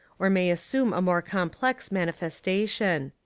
or may assume a more complex manifestation.